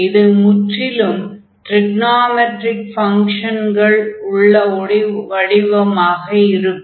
இது முற்றிலும் ட்ரிகனாமெட்ரிக் ஃபங்ஷன்கள் உள்ள ஒரு வடிவமாக இருக்கும்